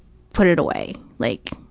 put it away, like,